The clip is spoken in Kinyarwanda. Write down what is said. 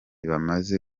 bamaze